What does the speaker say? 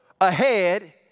ahead